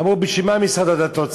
אמרו: בשביל מה משרד הדתות?